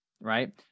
Right